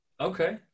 Okay